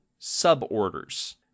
suborders